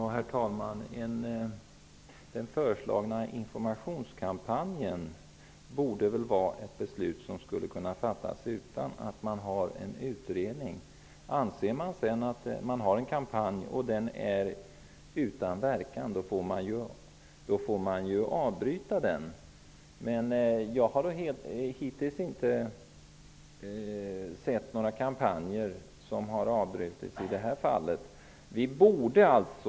Herr talman! Ett beslut om den föreslagna informationskampanjen borde man väl kunna fatta utan att man gör en utredning. Om man sedan anser att kampanjen är utan verkan får man avbryta den. Jag har hittills inte sett några kampanjer i det här fallet som har avbrutits.